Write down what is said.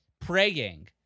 praying